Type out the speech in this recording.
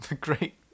Great